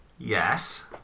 Yes